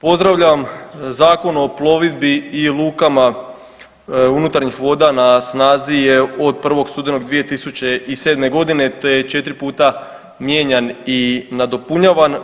Pozdravljam Zakon o plovidbi i lukama unutarnjih voda, na snazi je od 1. studenog 2007.g., te je 4 puta mijenjan i nadopunjavan.